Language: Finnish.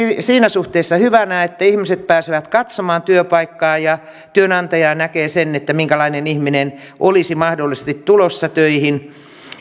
siinä suhteessa hyvänä että ihmiset pääsevät katsomaan työpaikkaa ja työnantaja näkee minkälainen ihminen olisi mahdollisesti tulossa töihin